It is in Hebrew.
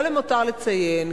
לא למותר לציין,